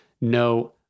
no